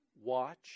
watch